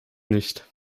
nicht